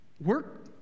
work